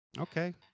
Okay